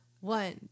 one